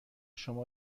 شما